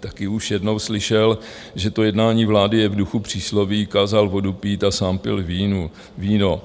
taky už jednou slyšel, že to jednání vlády je v duchu přísloví kázal vodu pít a sám pil víno.